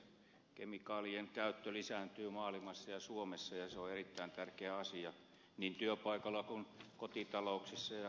kemikaalien käyttö lisääntyy maailmassa ja suomessa ja se on erittäin tärkeä asia niin työpaikoilla kuin kotitalouksissa ja missä vaan